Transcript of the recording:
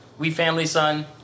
WeFamilySon